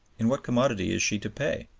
in what commodity is she to pay?